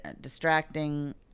distracting